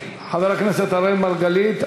חבר הכנסת אראל מרגלית,